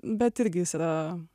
bet irgi jis yra